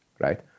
right